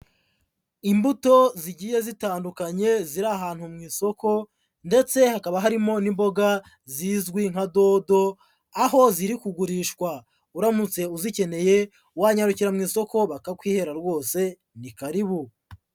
Imbuto zigiye zitandukanye ziri ahantu mu isoko ndetse hakaba harimo n'imboga zizwi nka dodo aho ziri kugurishwa. Uramutse uzikeneye wanyarukira mu isoko bakakwihera rwose ni karibu.